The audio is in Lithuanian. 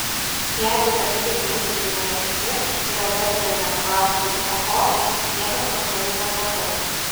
jeigu lietuviai muitinėje neprikibs ir odesoje neapkraustys chocholai niekas pakeliui neprapuls